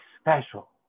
special